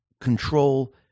control